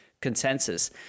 consensus